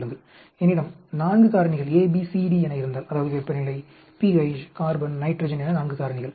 என்னிடம் 4 காரணிகள் A B C D என இருந்தால் அதாவது வெப்பநிலை pH கார்பன் நைட்ரஜன் என 4 காரணிகள்